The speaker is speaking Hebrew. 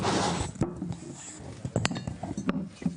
שלום,